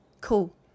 cool